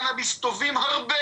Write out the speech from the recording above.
שלום לכולם צוהריים טובים.